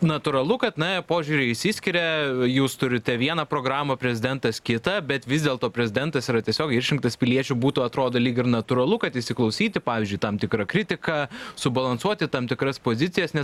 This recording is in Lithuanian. natūralu kad na požiūriai išsiskiria jūs turite vieną programą prezidentas kitą bet vis dėlto prezidentas yra tiesiogiai išrinktas piliečių būtų atrodo lyg ir natūralu kad įsiklausyti pavyzdžiui į tam tikrą kritiką subalansuoti tam tikras pozicijas nes